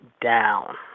down